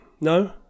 No